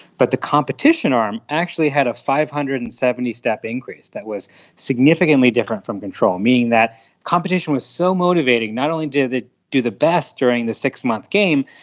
but the competition arm actually had a five hundred and seventy step increase that was significantly different from the control, meaning that competition was so motivating, not only did they do the best during the six-month game,